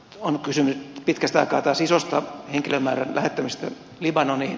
on kysymys pitkästä aikaa taas ison henkilömäärän lähettämisestä libanoniin